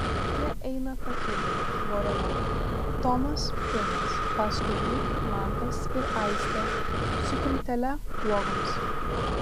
jie eina takeliu vorele tomas pirmas paskui jį mantas ir aistė su kraitele uogoms